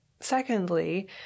Secondly